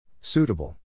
Suitable